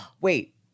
wait